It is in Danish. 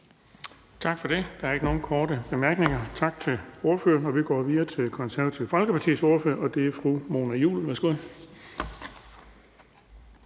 Tak for det. Der er ikke nogen korte bemærkninger. Tak til ordføreren. Vi går videre til Det Konservative Folkepartis ordfører, og det er hr. Orla Østerby. Værsgo.